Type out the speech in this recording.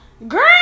Girl